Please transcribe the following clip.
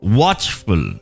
watchful